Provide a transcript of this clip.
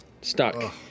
stuck